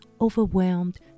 overwhelmed